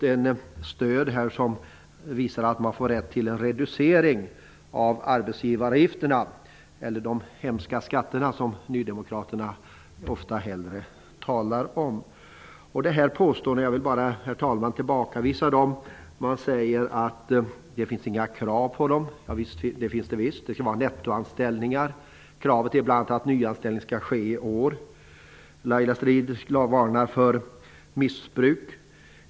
Men sedan har vi fått stöd här för rätten till en reducering av arbetsgivaravgifterna -- de hemska skatterna, som Nydemokraterna ofta hellre säger. Herr talman! Jag vill tillbakavisa gjorda påståenden här. Man säger att det saknas krav. Nej, så är det inte. Det finns visst krav. Det kan gälla nettoanställningar. Ett krav är att nyanställning skall ske i år. Laila Strid-Jansson varnar för missbruk.